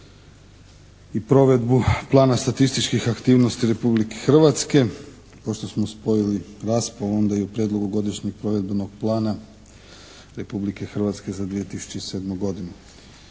i provedbu Plana statističkih aktivnosti Republike Hrvatske. Pošto smo spojili raspravu onda i o Prijedlogu godišnjeg provedbenog plana Republike Hrvatske za 2007. godinu.